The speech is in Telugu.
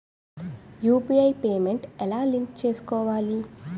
యు.పి.ఐ పేమెంట్ ఎలా లింక్ చేసుకోవాలి?